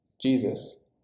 Jesus